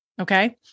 Okay